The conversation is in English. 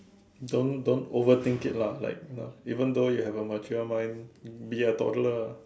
don't don't overthink it lah like you know even though you have a mature mind be a toddler ah